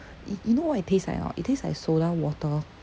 y~ you know what it taste like or not it taste like soda water